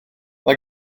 mae